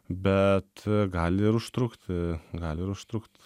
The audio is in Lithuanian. bet gali užtrukti gali užtrukti